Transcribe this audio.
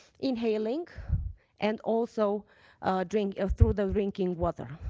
inhaling and also drinking through the drinking water.